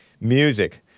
Music